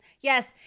yes